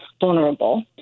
vulnerable